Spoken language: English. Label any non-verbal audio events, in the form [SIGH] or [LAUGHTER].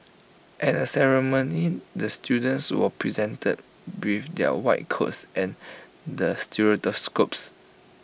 at the ceremony the students were presented with their white coats and [UNINTELLIGIBLE]